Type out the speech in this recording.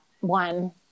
one